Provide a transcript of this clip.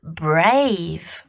brave